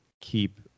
keep